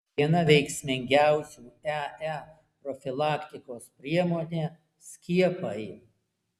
viena veiksmingiausių ee profilaktikos priemonė skiepai